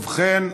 ובכן,